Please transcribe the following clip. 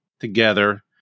together